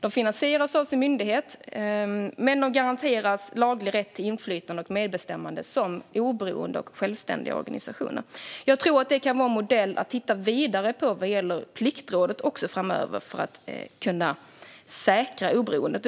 De finansieras av sin myndighet, men de garanteras laglig rätt till inflytande och medbestämmande som oberoende och självständiga organisationer. Jag tror att det kan vara en modell att titta vidare på vad gäller Pliktrådet också framöver för att oberoendet ska kunna säkras.